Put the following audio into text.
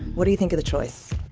what do you think of the choice?